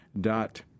dot